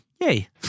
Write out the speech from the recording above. Yay